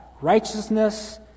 righteousness